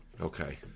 Okay